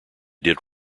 did